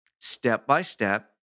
step-by-step